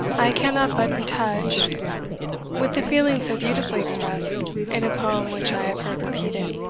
i cannot but be touched with the feeling so beautifully expressed in a poem which i have heard repeated